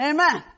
Amen